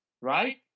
right